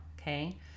okay